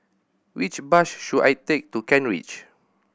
which bus should I take to Kent Ridge